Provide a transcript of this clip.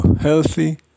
healthy